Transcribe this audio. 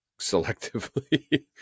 selectively